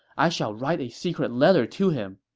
i shall write a secret letter to him.